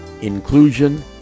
inclusion